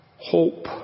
hope